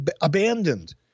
abandoned